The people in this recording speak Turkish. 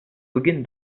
bugün